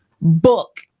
book